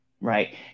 right